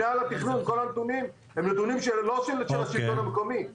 הם לא נתונים של השלטון המקומי,